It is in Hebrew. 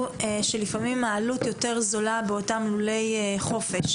שלפעמים העלות של ייצור ביצה יותר זולה בלולי חופש.